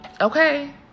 Okay